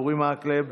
אורי מקלב,